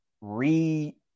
re-